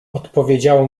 odpowiedziało